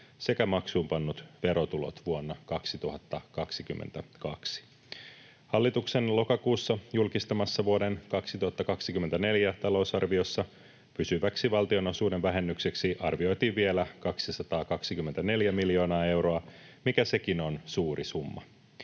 sekä maksuunpannut verotulot vuonna 2022. Hallituksen lokakuussa julkistamassa vuoden 2024 talousarviossa pysyväksi valtionosuuden vähennykseksi arvioitiin vielä 224 miljoonaa euroa, mikä sekin on suuri summa.